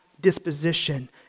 disposition